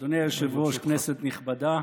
אדוני היושב-ראש, כנסת נכבדה,